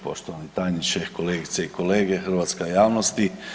Poštovani tajniče, kolegice i kolege, hrvatska javnosti.